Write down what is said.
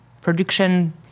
production